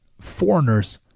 foreigners